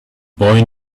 boy